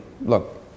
Look